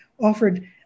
offered